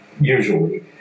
usually